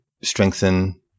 strengthen